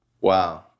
Wow